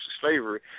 slavery